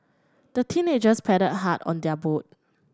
the teenagers paddled hard on their boat